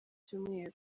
cyumweru